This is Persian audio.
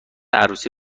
عروسی